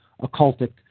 occultic